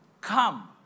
Come